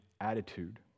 attitude